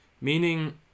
Meaning